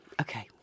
okay